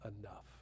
enough